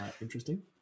Interesting